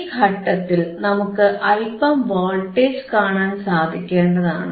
ഈ ഘട്ടത്തിൽ നമുക്ക് അല്പം വോൾട്ടേജ് കാണാൻ സാധിക്കേണ്ടതാണ്